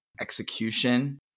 execution